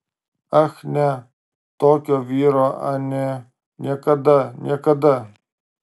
ach ne tokio vyro anė niekada niekada